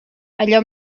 allò